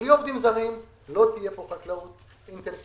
בלי עובדים זרים לא תהיה פה חקלאות אינטנסיבית.